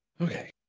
Okay